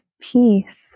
peace